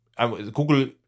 Google